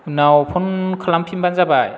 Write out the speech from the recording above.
उनाव फन खालामफिनबानो जाबाय